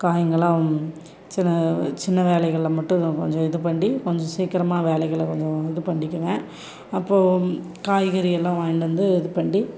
காய்ங்கள்லாம் சின்ன சின்ன வேலைகளை மட்டும் கொஞ்சம் இது பண்ணி கொஞ்சம் சீக்கிரமாக வேலைகள கொஞ்சம் இது பண்ணிக்குவேன் அப்போது காய்கறி எல்லாம் வாங்கிட்டு வந்து இது பண்ணி